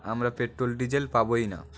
আমরা petrol diesel পাবই না